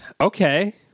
Okay